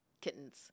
kittens